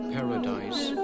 Paradise